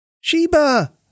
Sheba